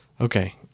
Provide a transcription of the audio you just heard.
Okay